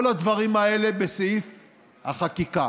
כל הדברים האלה בסעיף החקיקה.